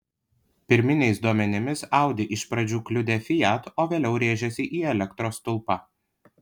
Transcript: pirminiais duomenimis audi iš pradžių kliudė fiat o vėliau rėžėsi į elektros stulpą